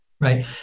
right